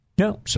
No